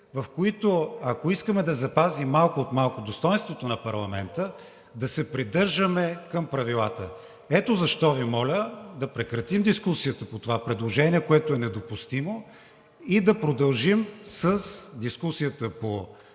в които, ако искаме да запазим малко от малко достойнството на парламента, да се придържаме към правилата. Ето защо Ви моля да прекратим дискусията по това предложение, което е недопустимо, и да продължим с дискусията по бюджета,